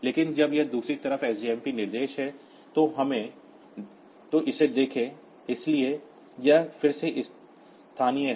लेकिन जब यह दूसरी तरफ सजमप निर्देश है तो इसे देखें इसलिए यह फिर से स्थानीय है